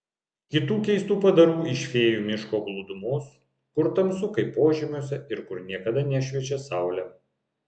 kitų keistų padarų iš fėjų miško glūdumos kur tamsu kaip požemiuose ir kur niekada nešviečia saulė